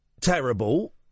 terrible